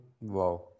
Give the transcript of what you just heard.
Wow